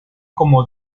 como